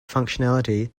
functionality